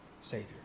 Savior